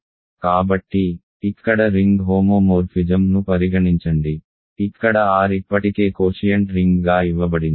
కాబట్టి ఇక్కడ రింగ్ హోమోమోర్ఫిజమ్ను పరిగణించండి ఇక్కడ R ఇప్పటికే కోషియంట్ రింగ్గా ఇవ్వబడింది